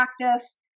practice